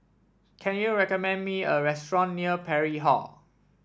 can you recommend me a restaurant near Parry Hall